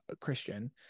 christian